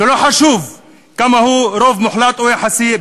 שלא חשוב כמה הוא רוב מוחלט או יחסי,